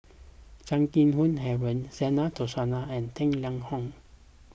Chan Keng Howe Harry Zena Tessensohn and Tang Liang Hong